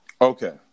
Okay